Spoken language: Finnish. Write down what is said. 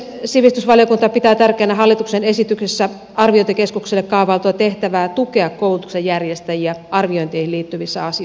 sivistysvaliokunta pitää tärkeänä hallituksen esityksessä arviointikeskukselle kaavailtua tehtävää tukea koulutuksen järjestäjiä arviointeihin liittyvissä asioissa